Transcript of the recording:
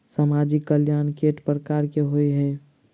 सामाजिक कल्याण केट प्रकार केँ होइ है?